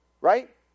right